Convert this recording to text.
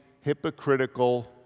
hypocritical